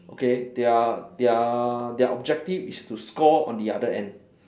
okay their their their objective is to score on the other end